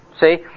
See